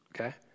Okay